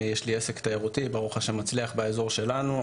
יש לי עסק תיירותי, ברוך השם מצליח באזור שלנו.